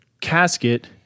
casket